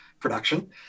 production